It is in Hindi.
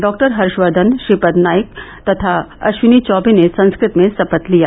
डॉ हर्षवर्धन श्रीपद नायक तथा अश्विनी चौबे ने संस्कृत में शपथ लिया